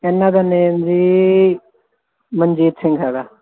ਇਹਨਾਂ ਦਾ ਨੇਮ ਜੀ ਮਨਜੀਤ ਸਿੰਘ ਹੈਗਾ